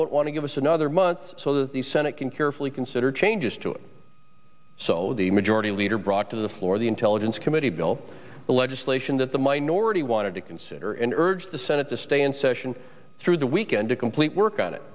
don't want to give us another month so that the senate can carefully consider changes to it so the majority leader brought to the floor the intelligence committee bill the legislation that the minority wanted to consider and urge the senate to stay in session through the weekend to complete work on it